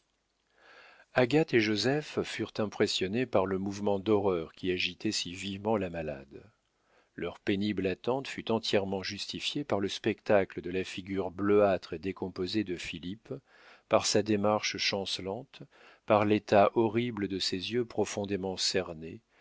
agathe et joseph furent impressionnés par le mouvement d'horreur qui agitait si vivement la malade leur pénible attente fut entièrement justifiée par le spectacle de la figure bleuâtre et décomposée de philippe par sa démarche chancelante par l'état horrible de ses yeux profondément cernés